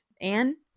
Anne